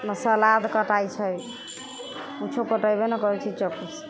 नहि सलाद कटाइ छै किछु कटैबे नहि करै छै चक्कूसँ